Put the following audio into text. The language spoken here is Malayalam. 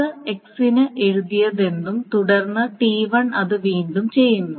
അത് x ന് എഴുതിയതെന്തും തുടർന്ന് T1 അത് വീണ്ടും ചെയ്യുന്നു